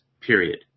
Period